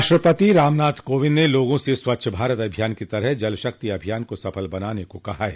राष्ट्रपति रामनाथ कोविंद ने लोगा से स्वच्छ भारत अभियान की तरह जल शक्ति अभियान को सफल बनाने को कहा है